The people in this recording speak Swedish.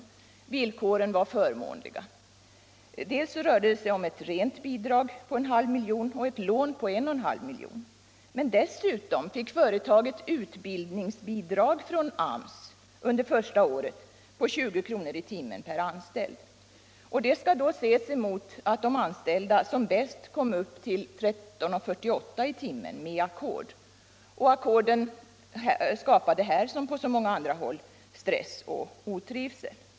Villkoren var förmånliga. Det rörde sig dels om ett rent bidrag på 0,5 milj.kr., dels om ett lån på 1,5 milj.kr. Men dessutom fick företaget utbildningsbidrag från AMS under första året på 20 kr. i timmen per anställd. Det skall ses mot bakgrund av att sömmerskorna som bäst kommit upp i 13:48 kr. i timmen med ackord. Ackorden har här, som på så många andra håll, skapat stress och otrivsel.